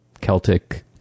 Celtic